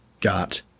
got